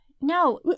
No